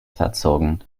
verzogen